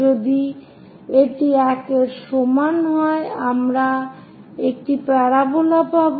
যদি এটি 1 এর সমান হয় আমরা একটি প্যারাবোলা পাই